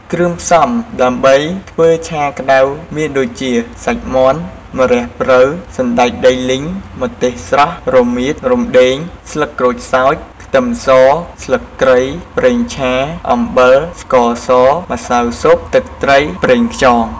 គ្រឿងផ្សំដើម្បីធ្វើឆាក្តៅមានដូចជា សាច់មាន់ ម្រះព្រៅ សណ្តែកដីលីង ម្ទេសស្រស់ រមៀត រំដេង ស្លឹកក្រូចសើច ខ្ទឹមស ស្លឹកគ្រៃ ប្រេងឆា អំបិល ស្ករស ម្សៅស៊ុប ទឹកត្រី ប្រេងខ្យង។